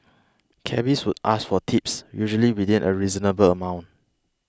cabbies would ask for tips usually within a reasonable amount